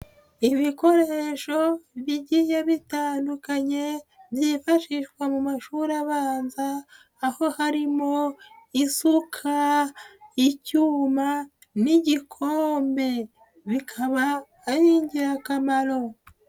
Ibikoresho bigiye bitandukanye byifashishwa mu mashuri abanza, aho harimo isuka, icyuma n'igikombe, bikaba ari ingirakamaro.